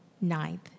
ninth